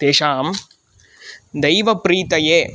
तेषां दैवप्रीतये